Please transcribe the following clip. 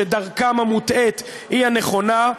שדרכם המוטעית היא הנכונה,